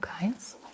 guys